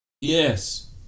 Yes